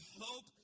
hope